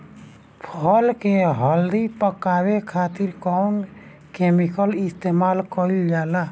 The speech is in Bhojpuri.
फल के जल्दी पकावे खातिर कौन केमिकल इस्तेमाल कईल जाला?